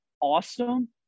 awesome